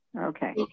Okay